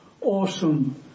awesome